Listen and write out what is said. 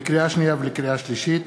לקריאה שנייה ולקריאה שלישית: